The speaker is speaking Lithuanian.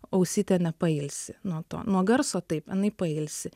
ausytė nepailsi nuo to nuo garso taip inai pailsi